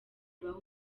ibahe